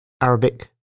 Arabic